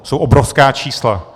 To jsou obrovská čísla.